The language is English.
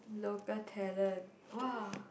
local talent !woah!